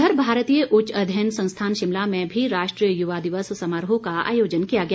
इधर भारतीय उच्च अध्ययन संस्थान शिमला में भी राष्ट्रीय युवा दिवस समारोह का आयोजन किया गया